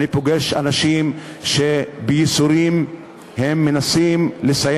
אני פוגש אנשים שבייסורים מנסים לסיים